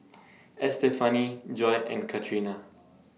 Estefany Joi and Catrina